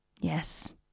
Yes